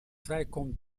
vrijkomt